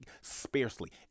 sparsely